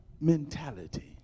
mentality